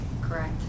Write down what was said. correct